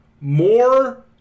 more